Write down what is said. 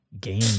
Game